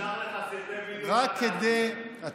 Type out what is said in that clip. נשלח לך סרטוני וידיאו של מה שאתה עשית.